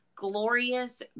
glorious